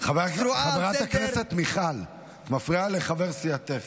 חברת הכנסת מיכל, את מפריע לחבר סיעתך.